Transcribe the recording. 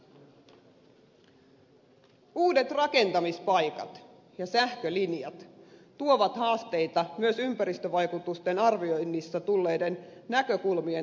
uudet rakentamispaikat ja sähkölinjat tuovat haasteita myös ympäristövaikutusten arvioinnissa tulleiden näkökulmien tarkkaan huomioimiseen